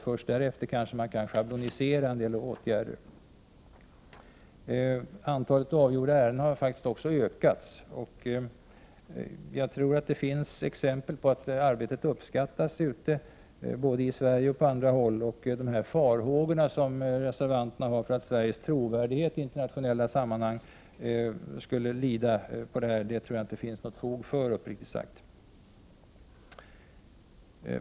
Först därefter kan man kanske schablonisera en del åtgärder. Antalet avgjorda ärenden har faktiskt också ökat. Det finns exempel på att arbetet uppskattas, både i Sverige och på andra håll. De farhågor reservanterna har för att Sveriges trovärdighet i internationella sammanhang skulle bli lidande av detta tror jag, uppriktigt sagt, inte att det finns något fog för.